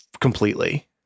completely